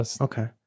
Okay